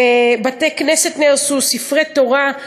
בתי-כנסת נהרסו, ספרי תורה.